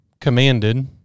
commanded